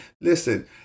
listen